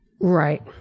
Right